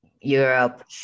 Europe